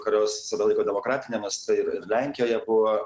kurios save laiko demokratinėmis tai ir ir lenkijoje buvo